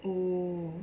oh